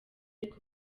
ariko